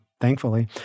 thankfully